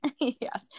yes